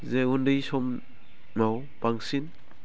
जे उन्दै समाव बांसिन